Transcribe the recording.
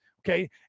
Okay